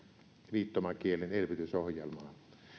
viittomakielen elvytysohjelmaa